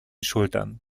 schultern